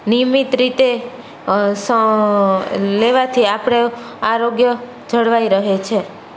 નિયમિત રીતે લેવાથી આપણે આરોગ્ય જળવાઈ રહે છે